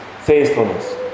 faithfulness